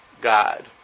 God